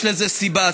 יש לזה סיבה.